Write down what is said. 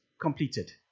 completed